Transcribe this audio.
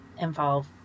involve